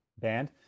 band